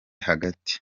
hagati